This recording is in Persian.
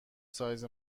سایز